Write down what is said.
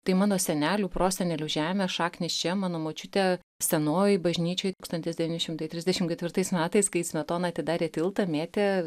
tai mano senelių prosenelių žemė šaknys čia mano močiutė senojoj bažnyčioj tūkstantis devyni šimtai trisdešimt ketvirtais metais kai smetona atidarė tiltą mėtė